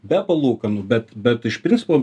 be palūkanų bet bet iš principo